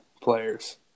players